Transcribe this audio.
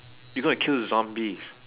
you gonna kill the zombies